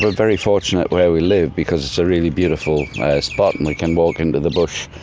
very fortunate where we live, because it's a really beautiful spot and we can walk into the bush